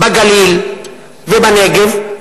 בגליל ובנגב.